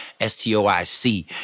S-T-O-I-C